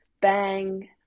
bang